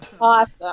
Awesome